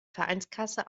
vereinskasse